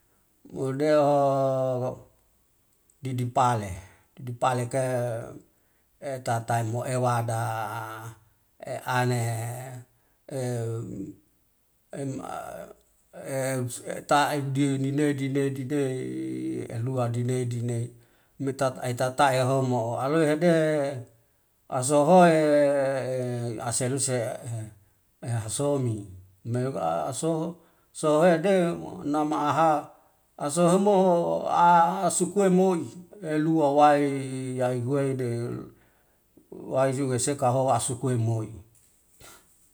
Mode'o didi pale. Dipeleke etata moewada eane etei di ninedi nedide elua dinedine mai etatai homo'o aloe hede asohoe aseluse ehasoni me aso sohede nama'aha aso hemoho asukuwe mo'i elua wai yaiy huweide wai juga sekaho asukue moi.